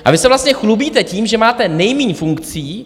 Vy se vlastně chlubíte tím, že máte nejmíň funkcí.